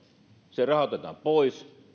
se raha otetaan pois